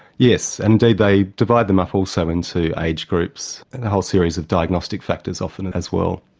yes, and indeed they divide them up also into age groups, and a whole series of diagnostic factors often and as well.